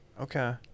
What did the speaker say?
Okay